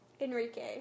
Enrique